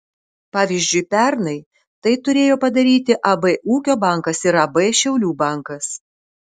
pavyzdžiui pernai tai turėjo padaryti ab ūkio bankas ir ab šiaulių bankas